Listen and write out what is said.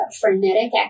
frenetic